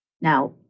Now